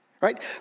right